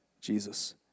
Jesus